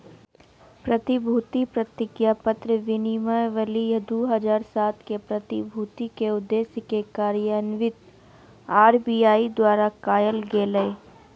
प्रतिभूति प्रतिज्ञापत्र विनियमावली दू हज़ार सात के, प्रतिभूति के उद्देश्य के कार्यान्वित आर.बी.आई द्वारा कायल गेलय